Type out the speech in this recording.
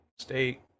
State